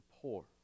poor